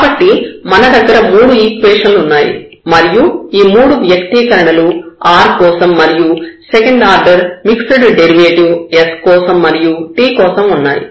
కాబట్టి మన దగ్గర మూడు ఈక్వేషన్ లు ఉన్నాయి మరియు ఈ మూడు వ్యక్తీకరణలు r కోసం మరియు second order mixed derivative s కోసం మరియు t కోసం ఉన్నాయి